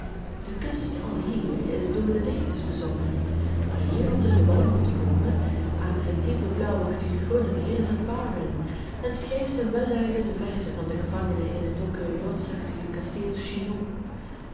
de kust alhier is door de dichters bezongen hier onder de walnoteboomen aan het diepe blauwachtig groene meer zat byron en schreef zijn welluidende verzen van den gevangene in het donkere rotsachtige kasteel